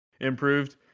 improved